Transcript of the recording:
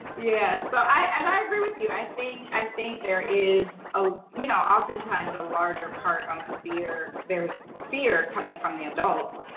yeah so and i agree with you. i think i think there is ah you know, oftentimes a larger part on the fear there's fear coming from the adults.